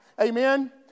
Amen